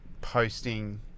Posting